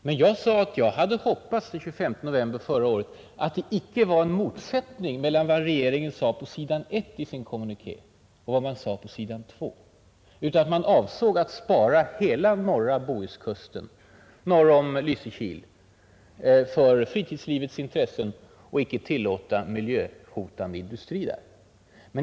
Men jag sade att jag den 25 november förra året hade hoppats att det inte var en motsättning mellan vad regeringen sade på s. 1 i sin kommuniké och vad man sade på s. 2, utan att man avsåg att spara hela Bohuskusten norr om Lysekil för bl.a. fritidslivets intressen och icke tillåta miljöhotande industri där.